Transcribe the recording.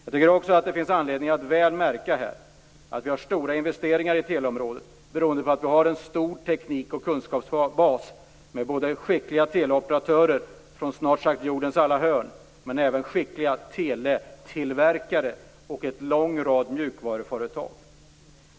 Det finns också anledning att väl märka att vi har stora investeringar på teleområdet beroende på att vi har en stor teknik och kunskapsbas med såväl skickliga teleoperatörer från snart sagt jordens alla hörn som skickliga teletillverkare och en lång rad mjukvaruföretag.